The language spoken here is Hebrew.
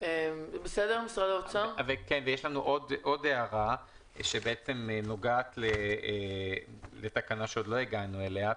יש לנו עוד הערה שנוגעת לתקנה שעוד לא הגענו אליה.